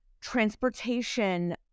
transportation